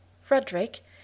Frederick